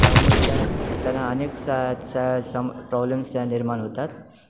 त्यामुळे त्याला त्यांना अनेक साम प्रॉब्लेम्स त्या निर्माण होतात